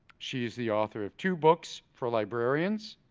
she is the author of two books for librarians,